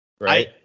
right